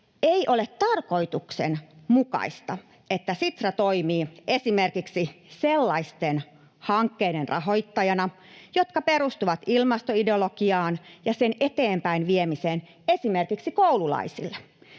Ei ole tarkoituksenmukaista, että Sitra toimii esimerkiksi sellaisten hankkeiden rahoittajana, jotka perustuvat ilmastoideologiaan ja sen eteenpäinviemiseen esimerkiksi koululaisille,